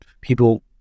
people